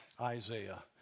Isaiah